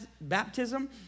baptism